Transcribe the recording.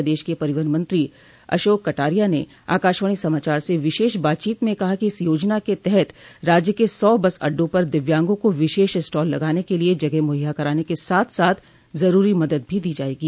प्रदेश के परिवहन मंत्री अशोक कटारिया ने आकाशवाणी समाचार से विशेष बातचीत में कहा कि इस योजना के तहत राज्य के सौ बस अड़डों पर दिव्यांगों को विशेष स्टाल लगाने के लिये जगह मुहैया कराने के साथ साथ जरूरी मदद भी दी जायेगी